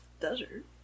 desert